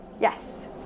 Yes